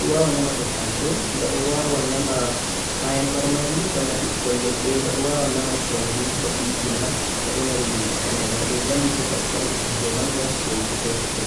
do wawa nama tattase ghado wawa nama kayan marmari bana bikkon leddeh ghado wawa nama condi gha diggina ghado mari nyi'e ha der ghado vallita daga ta'ogo hunde maga yahugo petel